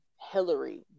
Hillary